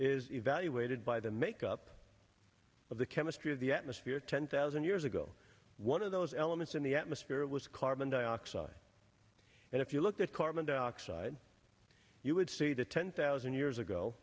is evaluated by the makeup of the chemistry of the atmosphere ten thousand years ago one of those elements in the atmosphere was carbon dioxide and if you looked at carbon dioxide you would see the ten thousand years ago